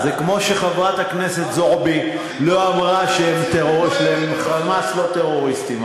זה כמו שחברת הכנסת זועבי לא אמרה ש"חמאס" לא טרוריסטים.